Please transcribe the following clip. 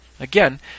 Again